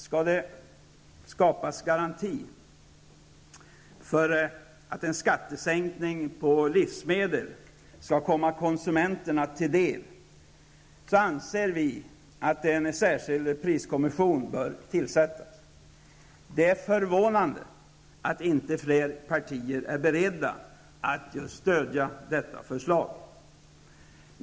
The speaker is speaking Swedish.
Skall det skapas garanti för att en skattesänkning på livsmedel skall komma konsumenterna till del anser vi att en särskild priskommission bör tillsättas. Det är förvånande att inte fler partier är beredda att stödja detta förslag.